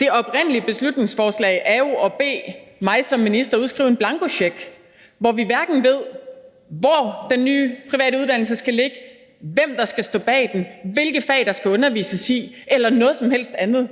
Det oprindelige beslutningsforslag er jo det samme som at bede mig som minister at udskrive en blankocheck, hvor vi hverken ved noget om, hvor den nye private uddannelse skal ligge, hvem der skal stå bag den, hvilke fag der skal undervises i, eller noget som helst andet,